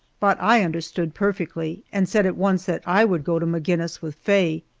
but i understood perfectly, and said at once that i would go to maginnis with faye.